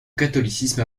catholicisme